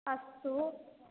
अस्तु